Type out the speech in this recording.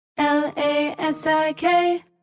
L-A-S-I-K